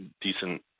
decent